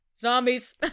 zombies